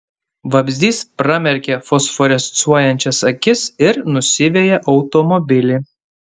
vabzdys pramerkia fosforescuojančias akis ir nusiveja automobilį